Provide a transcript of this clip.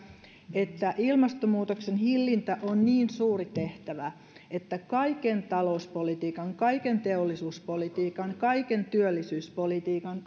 että ilmastonmuutoksen hillintä on niin suuri tehtävä että kaiken talouspolitiikan kaiken teollisuuspolitiikan kaiken työllisyyspolitiikan